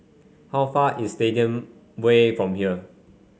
how far is Stadium Way from here